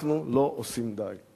אנחנו לא עושים די.